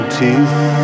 teeth